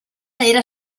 era